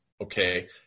okay